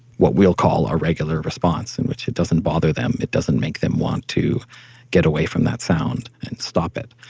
what we'll call, a regular response. in which, it doesn't bother them, it doesn't make them want to get away from that sound, and stop it.